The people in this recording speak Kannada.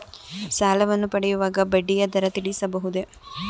ಸಾಲವನ್ನು ಪಡೆಯುವಾಗ ಬಡ್ಡಿಯ ದರ ತಿಳಿಸಬಹುದೇ?